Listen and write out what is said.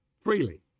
freely